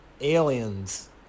aliens